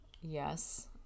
yes